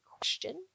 question